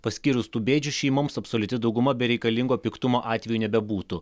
paskyrus tų bėdžių šeimoms absoliuti dauguma bereikalingo piktumo atveju nebebūtų